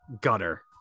Gutter